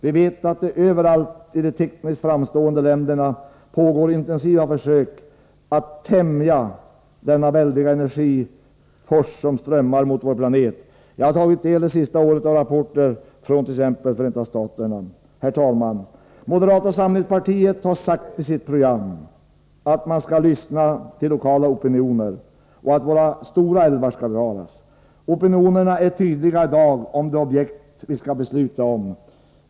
Vi vet att det i alla tekniskt framstående länder pågår intensiva försök att tämja den väldiga energifors som strömmar mot vår planet från solen. Under det senaste året har jag tagit del av rapporter från t.ex. Förenta staterna. Herr talman! Moderata samlingspartiet har skrivit i sitt program att man skall lyssna till lokala opinioner och att våra stora älvar måste bevaras. Opinionerna är tydliga i dag när det gäller de objekt som vi har att besluta om.